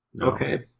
Okay